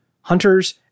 Hunters